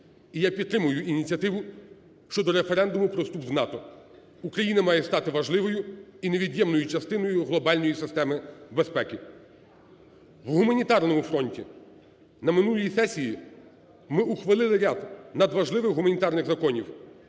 І я підтримую ініціативу щодо референдуму про вступ у НАТО. Україна має стати важливою і невід'ємною частиною глобальної системи безпеки. У гуманітарному фронті. На минулій сесії ми ухвалили ряд надважливих гуманітарних законів.